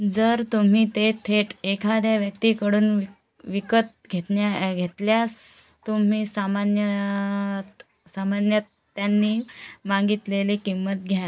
जर तुम्ही ते थेट एखाद्या व्यक्तीकडून विक विकत घेतण्या घेतल्यास तुम्ही सामन्यार्त सामान्यत त्यांनी मागितलेली किंमत घ्याल